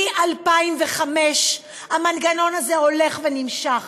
מ-2005 המנגנון הזה הולך ונמשך.